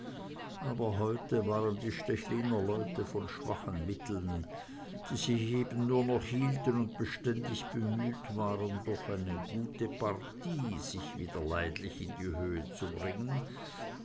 aber heute waren die stechline leute von schwachen mitteln die sich nur eben noch hielten und beständig bemüht waren durch eine gute partie sich wieder leidlich in die höhe zu bringen